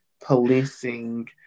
policing